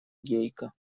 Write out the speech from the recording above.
гейка